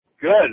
Good